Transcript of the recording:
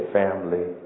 family